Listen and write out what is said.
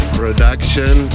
production